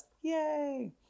Yay